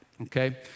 okay